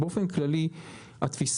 באופן כללי התפיסה,